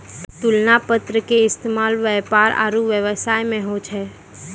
तुलना पत्र के इस्तेमाल व्यापार आरु व्यवसाय मे होय छै